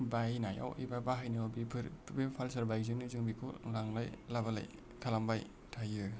बायनायाव एबा बाहायनायाव बेफोरो बे पालसार बाइकजोंनो जों बेखौ लांलाय लाबोलाय खालामबाय थायो